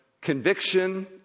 conviction